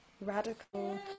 radical